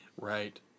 Right